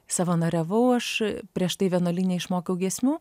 savanoriavau aš prieš tai vienuolyne išmokau giesmių